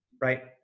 right